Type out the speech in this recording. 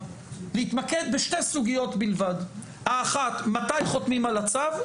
להתמקד בשתי סוגיות בלבד: האחת מתי חותמים על הצו,